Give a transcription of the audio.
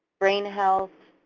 brain health,